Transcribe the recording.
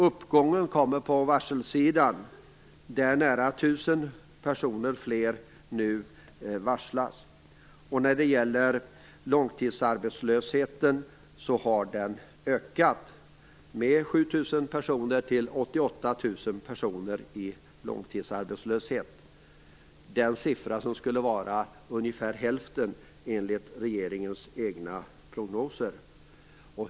Uppgången finns i stället på varselsidan - det är nu nära 1 000 fler som varslas. Långtidsarbetslösheten har ökat med 7 000 personer, till 88 000 personer som nu är långtidsarbetslösa. Det är en siffra som skulle vara ungefär hälften så stor, enligt regeringens egna prognoser.